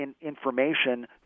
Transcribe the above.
information